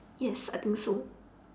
yes I think so